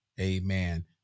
amen